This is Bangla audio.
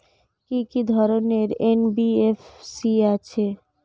কি কি ধরনের এন.বি.এফ.সি আছে?